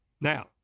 Now